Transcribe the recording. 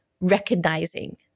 recognizing